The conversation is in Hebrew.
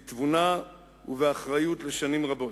בתבונה ובאחריות, לשנים רבות.